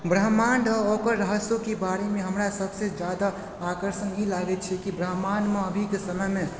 ब्रह्माण्ड आओर ओकरा रहस्यो के बारेमे हमरा सभसँ जादा आकर्षण ई लागैत छै की ब्रह्माण्डमे अभीके समयमे